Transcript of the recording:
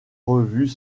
revues